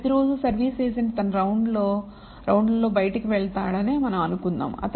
కాబట్టి ప్రతి రోజు సర్వీస్ ఏజెంట్ తన రౌండ్లలో బయటకు వెళ్తాడని మనం అనుకుందాం